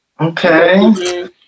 Okay